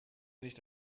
nicht